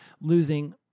losing